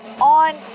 on